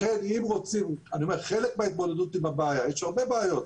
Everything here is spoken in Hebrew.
אני אומר חלק מהתמודדות עם הבעיה יש הרבה בעיות,